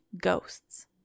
ghosts